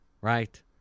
right